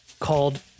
called